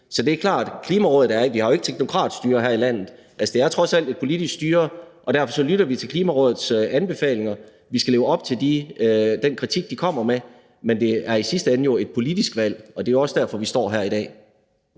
det. Vi har jo ikke teknokratstyre her i landet. Det er trods alt et politisk styre, og derfor lytter vi til Klimarådets anbefalinger. Vi skal efterleve den kritik, de kommer med, men det er jo i sidste ende et politisk valg – og det er også derfor, vi står her i dag.